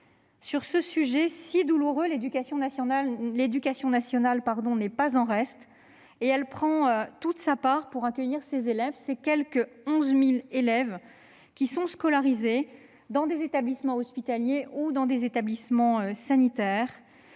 Sur ce sujet si douloureux, l'éducation nationale n'est pas en reste. Elle prend toute sa part pour accueillir ces élèves et les quelque 11 000 d'entre eux qui sont scolarisés dans des établissements hospitaliers ou sanitaires.